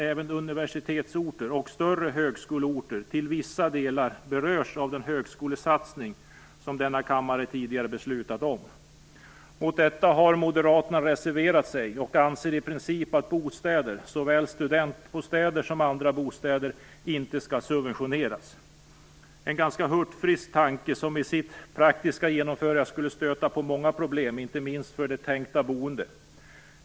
Även universitetsorter och större högskoleorter berörs till vissa delar av den högskolesatsning som denna kammare tidigare beslutat om. Mot detta har Moderaterna reserverat sig och anser i princip att bostäder, såväl studentbostäder som andra bostäder, inte skall subventioneras. Det är en ganska hurtfrisk tanke, vars praktiska genomförande skulle orsaka många problem, inte minst för de tänkta boende.